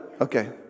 Okay